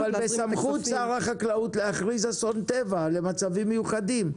אבל בסמכות שר החקלאות להכריז אסון טבע למצבים מיוחדים,